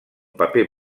paper